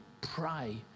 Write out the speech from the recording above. pray